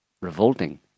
revolting